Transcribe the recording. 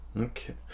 Okay